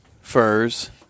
furs